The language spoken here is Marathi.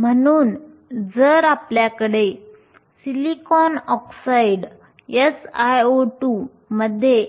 म्हणून जर आपल्याकडे SiO2 मध्ये